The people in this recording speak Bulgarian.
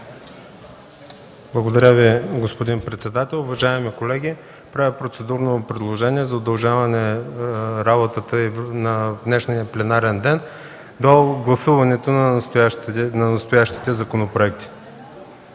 Благодаря Ви, господин председател. Уважаеми колеги, правя процедурно предложение за удължаване работата на днешния пленарен ден до гласуването на настоящите законопроекти.